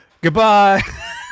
Goodbye